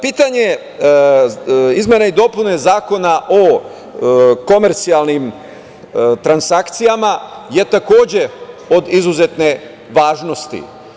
Pitanje izmene i dopune Zakona o komercijalnim transakcijama je takođe od izuzetne važnosti.